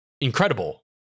incredible